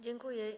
Dziękuję.